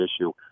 issue